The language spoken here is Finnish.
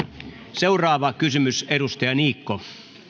seuraava kysymys edustaja niikko